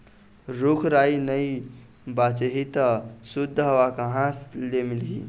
रूख राई नइ बाचही त सुद्ध हवा कहाँ ले मिलही